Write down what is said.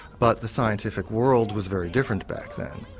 but the scientific world was very different back then.